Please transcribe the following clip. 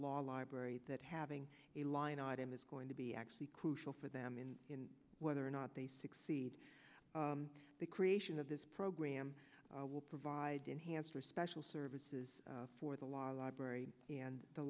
law library that having a line item is going to be actually crucial for them in in whether or not they succeed the creation of this program will provide enhanced or special services for the law library and the